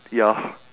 ya